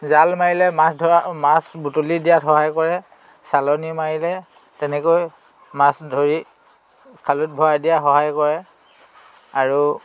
জাল মাৰিলে মাছ ধৰা মাছ বুটলি দিয়াত সহায় কৰে চালনি মাৰিলে তেনেকৈ মাছ ধৰি খালৈত ভৰাই দিয়াত সহায় কৰে আৰু